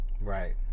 right